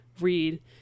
read